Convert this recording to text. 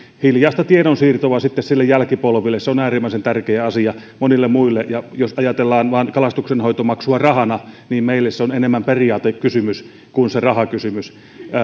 hiljaista tiedonsiirtoa sitten niille jälkipolville se on äärimmäisen tärkeä asia monille muille ja jos ajatellaan kalastonhoitomaksua vain rahana niin meille se on enemmän periaatekysymys kuin rahakysymys